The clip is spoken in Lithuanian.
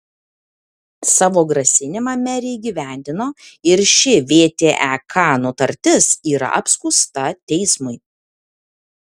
savo grasinimą merė įgyvendino ir ši vtek nutartis yra apskųsta teismui